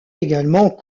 également